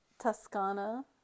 Tuscana